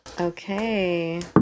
Okay